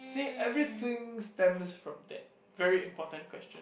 see everything stems from that very important question